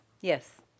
Yes